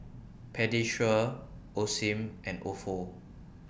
Pediasure Osim and Ofo